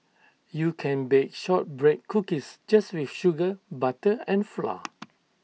you can bake Shortbread Cookies just with sugar butter and flour